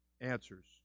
answers